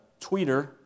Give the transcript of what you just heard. tweeter